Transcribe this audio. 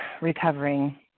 recovering